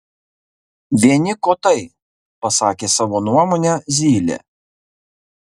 vieni kotai pasakė savo nuomonę zylė